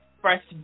fresh